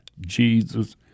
Jesus